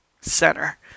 center